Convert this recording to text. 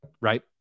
right